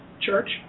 church